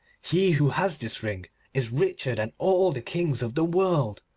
he who has this ring is richer than all the kings of the world.